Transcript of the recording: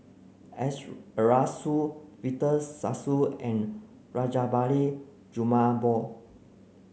Arasu Victor Sassoon and Rajabali Jumabhoy